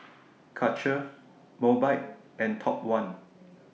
Karcher Mobike and Top one